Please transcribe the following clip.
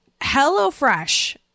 HelloFresh